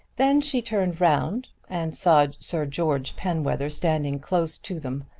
then she turned round and saw sir george penwether standing close to them.